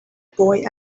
boy